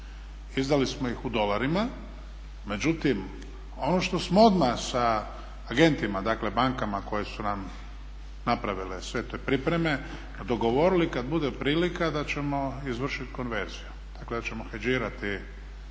Izdali smo ih u dolarima, međutim ono što smo odmah sa agentima, dakle bankama koje su nam napravile sve te pripreme dogovorili kad bude prilika da ćemo izvršiti konverziju. Dakle da ćemo heđirati taj